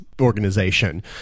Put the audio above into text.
organization